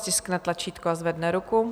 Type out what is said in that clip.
Ať stiskne tlačítko a zvedne ruku.